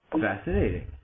Fascinating